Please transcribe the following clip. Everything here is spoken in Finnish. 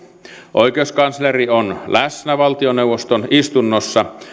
oikeuskansleri on läsnä valtioneuvoston istunnoissa